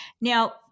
Now